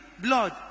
Blood